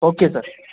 okay sir